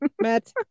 Matt